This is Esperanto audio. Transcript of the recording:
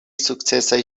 sukcesaj